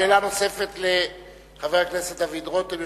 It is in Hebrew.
שאלה נוספת לחבר הכנסת דוד רותם,